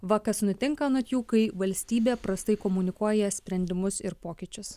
va kas nutinka anot jų kai valstybė prastai komunikuoja sprendimus ir pokyčius